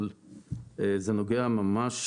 אבל זה נוגע ממש,